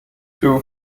two